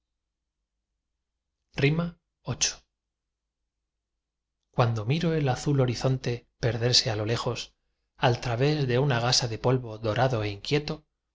viii cuando miro el azul horizonte perderse á lo lejos al través de una gasa de polvo dorado é inquieto